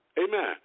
Amen